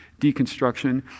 deconstruction